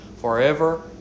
forever